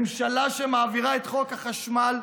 ממשלה שמעבירה את חוק החשמל,